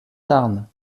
tarn